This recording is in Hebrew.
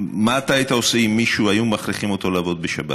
מה אתה היית עושה אם מישהו היו מכריחים אותו לעבוד בשבת?